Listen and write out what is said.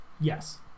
Yes